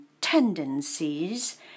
tendencies